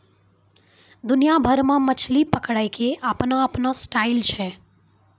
दुनिया भर मॅ मछली पकड़ै के आपनो आपनो स्टाइल छै